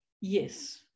Yes